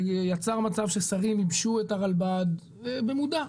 יצר מצב ששרים ייבשו את הרלב"ד במודע,